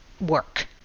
work